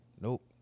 Nope